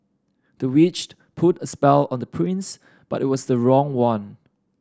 the witched put a spell on the prince but it was the wrong one